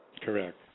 Correct